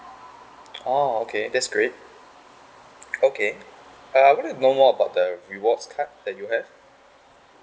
oh okay that's great okay uh I would like to know more about the rewards card that you have